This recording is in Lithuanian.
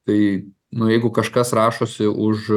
tai nu jeigu kažkas rašosi už